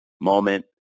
moment